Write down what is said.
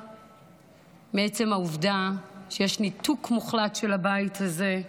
מעצם העובדה שיש ניתוק מוחלט של הבית הזה,